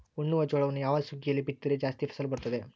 ಉಣ್ಣುವ ಜೋಳವನ್ನು ಯಾವ ಸುಗ್ಗಿಯಲ್ಲಿ ಬಿತ್ತಿದರೆ ಜಾಸ್ತಿ ಫಸಲು ಬರುತ್ತದೆ?